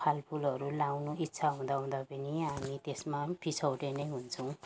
फलफुलहरू लगाउनु इच्छा हुँदा हुँदा पनि हामी त्यसमा पछौटे नै हुन्छौँ